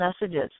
messages